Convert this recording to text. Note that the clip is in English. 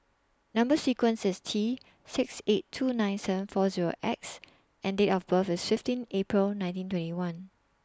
Number sequence IS T six eight two nine seven four Zero X and Date of birth IS fifteen April nineteen twenty one